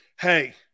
Hey